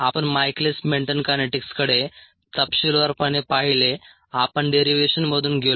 आपण Michaelis Menten कायनेटिक्सकडे तपशीलवारपणे पाहिले आपण डेरिव्हेशनमधून गेलो